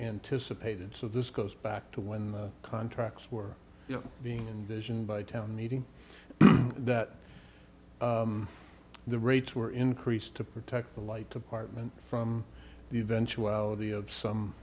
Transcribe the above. anticipated so this goes back to when the contracts were being vision by town meeting that the rates were increased to protect the light department from the eventuality of some